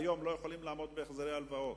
והיום לא יכולים לעמוד בהחזר ההלוואות.